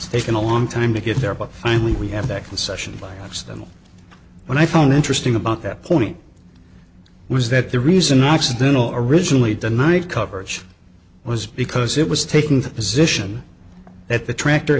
taken a long time to get there but finally we have that the session last then when i found interesting about that point was that the reason occidental originally denied coverage was because it was taking the position that the tractor